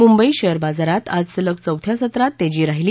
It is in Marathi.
मुंबई शेअर बाजारात आज सलग चौथ्या सत्रात तेजी राहिली